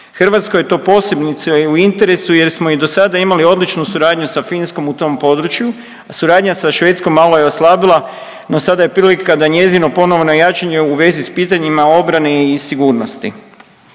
Hrvatskoj je to posebice u interesu jer smo i dosada imali odličnu suradnju sa Finskom u tom području, a suradnja sa Švedskom malo je oslabila no sada je prilika da njezino ponovno jačanje u vezi s pitanjima obrane i sigurnosti.